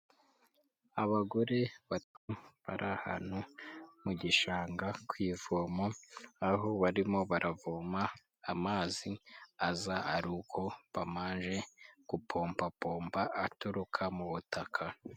Abagore bato bari ahantu mu gishanga kwivomo, aho barimo baravoma amazi aza ariko bamaje gupompapompa aturuka mu butaka.